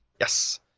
Yes